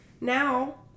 now